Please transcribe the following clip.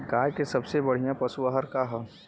गाय के सबसे बढ़िया पशु आहार का ह?